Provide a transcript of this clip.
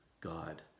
God